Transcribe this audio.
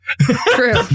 True